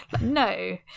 No